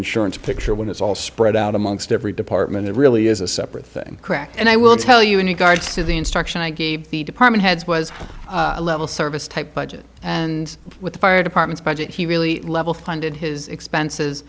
insurance picture when it's all spread out amongst every department it really is a separate thing correct and i will tell you in the guards to the instruction i gave the department heads was a level service type budget and with the fire department's budget he really level funded his expenses